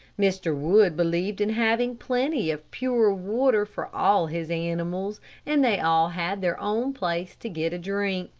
mr. wood believed in having plenty of pure water for all his animals and they all had their own place to get a drink.